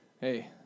Hey